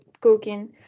cooking